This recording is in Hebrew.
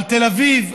על תל אביב,